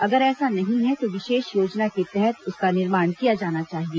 अगर ऐसा नहीं है तो विशेष योजना के तहत उसका निर्माण किया जाना चाहिए